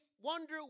wonder